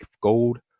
gold